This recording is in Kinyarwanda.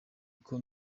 uko